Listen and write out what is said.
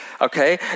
Okay